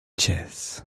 chess